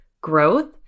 growth